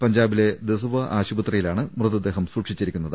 പഞ്ചാബിലെ ദസ്വ ആശുപത്രിയിലാണ് മൃത്ദേഹം സൂക്ഷിച്ചി രിക്കുന്നത്